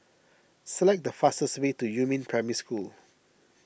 select the fastest way to Yumin Primary School